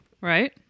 Right